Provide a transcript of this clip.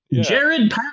Jared